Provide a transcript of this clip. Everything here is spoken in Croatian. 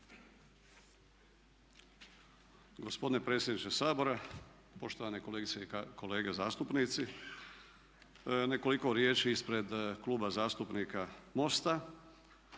Gospodine predsjedniče Sabora, poštovane kolegice i kolege zastupnici. Nekoliko riječi ispred Kluba zastupnika MOST-a,